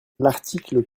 l’article